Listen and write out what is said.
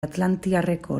atlantiarreko